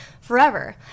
forever